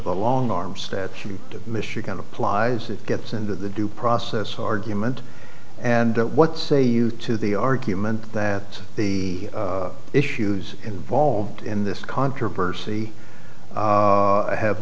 the long arm staff from michigan applies it gets into the due process argument and what say you to the argument that the issues involved in this controversy have